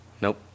Nope